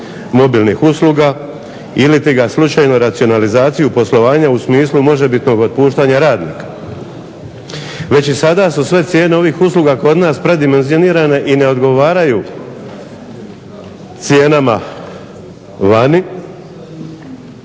mobilnih usluga, ilitiga slučajno racionalizaciju poslovanja u smislu možebitnog otpuštanja radnika. Već i sada su sve cijene ovih usluga kod nas predimenzionirane i ne odgovaraju cijenama vani.